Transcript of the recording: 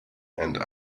and